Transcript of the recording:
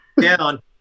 down